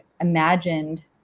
imagined